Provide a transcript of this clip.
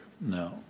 No